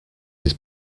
his